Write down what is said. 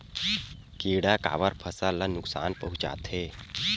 किड़ा काबर फसल ल नुकसान पहुचाथे?